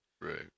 right